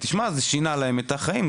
שמע זה שינה להם את החיים.